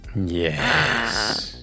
Yes